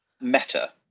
Meta